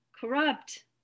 corrupt